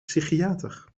psychiater